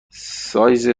سایز